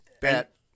bet